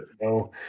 no